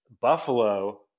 Buffalo